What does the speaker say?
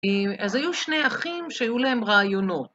אז היו שני אחים שהיו להם רעיונות.